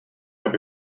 aby